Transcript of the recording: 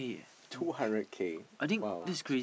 two hundred K !wow!